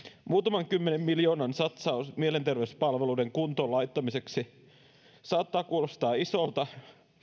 muutaman kymmenen miljoonan satsaus mielenterveyspalveluiden kuntoon laittamiseksi saattaa kuulostaa isolta